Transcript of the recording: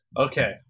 Okay